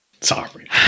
Sorry